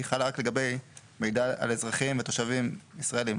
חלה רק לגבי מידע על אזרחים ותושבים ישראלים,